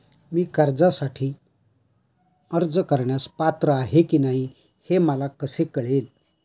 मी कर्जासाठी अर्ज करण्यास पात्र आहे की नाही हे मला कसे कळेल?